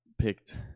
picked